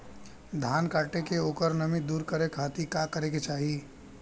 धान कांटेके ओकर नमी दूर करे खाती का करे के चाही?